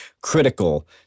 critical